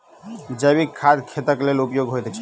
जैविक खाद खेतक लेल उपयोगी होइत छै